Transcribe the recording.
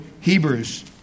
Hebrews